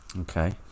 Okay